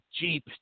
Jeep